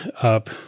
up